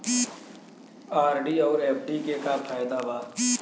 RD आउर FD के का फायदा बा?